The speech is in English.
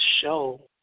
show